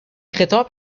خطاب